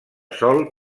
sol